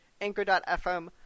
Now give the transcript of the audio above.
anchor.fm